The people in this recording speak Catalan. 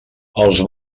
els